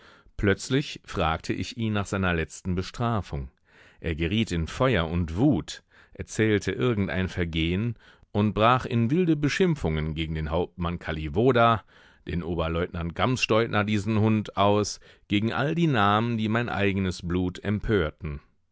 plötzlich fragte ich ihn nach seiner letzten bestrafung er geriet in feuer und wut erzählte irgend ein vergehen und brach in wilde beschimpfungen gegen den hauptmann kallivoda den oberleutnant gamsstoitner diesen hund aus gegen all die namen die mein eigenes blut empörten